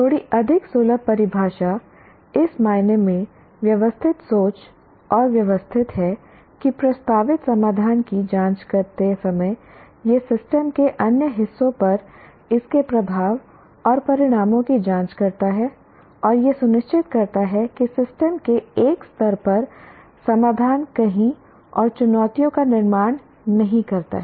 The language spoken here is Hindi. थोड़ी अधिक सुलभ परिभाषा इस मायने में व्यवस्थित सोच और व्यवस्थित है कि प्रस्तावित समाधान की जांच करते समय यह सिस्टम के अन्य हिस्सों पर इसके प्रभाव और परिणामों की जांच करता है और यह सुनिश्चित करता है कि सिस्टम के एक स्तर पर समाधान कहीं और चुनौतियों का निर्माण नहीं करता है